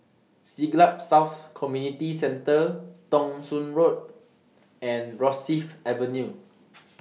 Siglap South Community Centre Thong Soon Road and Rosyth Avenue